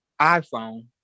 iPhone